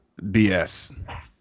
BS